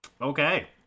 Okay